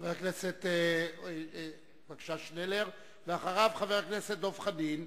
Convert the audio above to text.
חבר הכנסת שנלר, ואחריו, חבר גנאים,